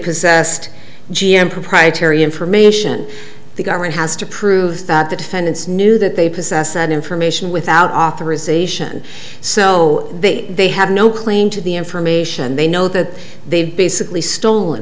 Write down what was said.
possessed g m proprietary information the government has to prove that the defendants knew that they possessed that information without authorization so they had no claim to the information they know that they've basically stolen i